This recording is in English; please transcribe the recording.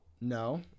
no